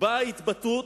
באה התבטאות,